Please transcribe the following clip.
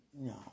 No